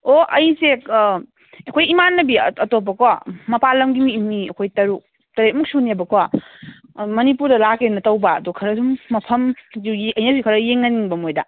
ꯑꯣ ꯑꯩꯁꯦ ꯑꯩꯈꯣꯏ ꯏꯃꯥꯟꯅꯕꯤ ꯑꯇꯣꯞꯄꯀꯣ ꯃꯄꯥꯟ ꯂꯝꯒꯤ ꯃꯤ ꯃꯤ ꯑꯩꯈꯣꯏ ꯇꯔꯨꯛ ꯇꯔꯦꯠꯃꯨꯛ ꯁꯨꯅꯦꯕꯀꯣ ꯃꯅꯤꯄꯨꯔꯗ ꯂꯥꯛꯀꯦꯅ ꯇꯧꯕ ꯑꯗꯣ ꯈꯔꯗꯨꯝ ꯃꯗꯝꯁꯨ ꯌꯦꯡꯁꯨ ꯈꯔ ꯌꯦꯡꯍꯟꯅꯤꯡꯕ ꯃꯣꯏꯗ